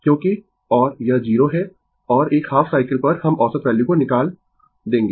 क्योंकि और यह 0 है और एक हाफ साइकिल पर हम औसत वैल्यू को निकाल देंगें